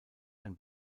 ein